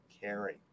caring